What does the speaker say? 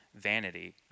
vanity